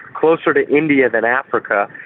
closer to india than africa,